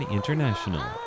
International